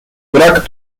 brak